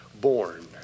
born